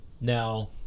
Now